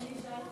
החלפנו.